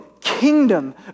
kingdom